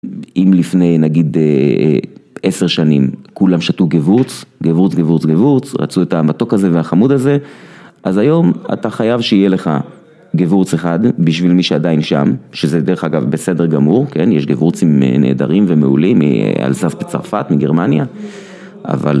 אם לפני נגיד 10 שנים כולם שתו גבורץ, גבורץ, גבורץ, גבורץ, רצו את המתוק הזה והחמוד הזה אז היום אתה חייב שיהיה לך גבורץ אחד בשביל מי שעדיין שם שזה דרך אגב בסדר גמור, כן? יש גבורצים נהדרים ומעולים מאלספי צרפת מגרמניה אבל